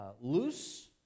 loose